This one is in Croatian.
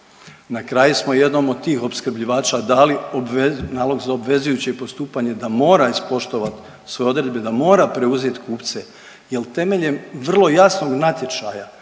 Na kraju smo jednom od tih opskrbljivača dali nalog za obvezujuće postupanje da mora ispoštovati svoje odredbe, da mora preuzeti kupce. Jer temeljem vrlo jasnog natječaja